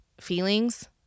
feelings